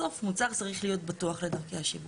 בסוף מוצר צריך להיות בטוח לדרכי השיווק.